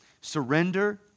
Surrender